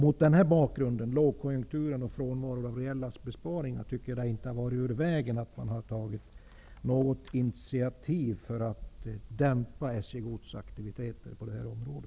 Mot denna bakgrund, lågkonjunkturen och frånvaron av reella besparingar, tycker jag att det inte hade varit i vägen att regeringen hade tagit något initiativ för att dämpa SJ Gods aktiviteter på detta område.